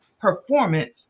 performance